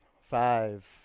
Five